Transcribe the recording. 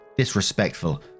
disrespectful